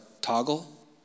toggle